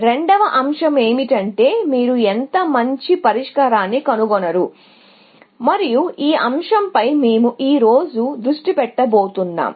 రెండవ అంశం ఏమిటంటే మీరు ఎంత మంచి పరిష్కారాన్ని కనుగొన్నారు ఈ అంశంపై మేము ఈ రోజు దృష్టి పెట్టబోతున్నాం